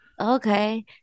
okay